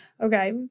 Okay